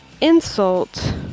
insult